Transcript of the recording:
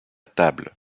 table